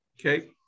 Okay